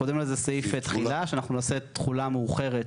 קודם לזה סעיף תחילה שאנחנו נעשה תחילה מאוחרת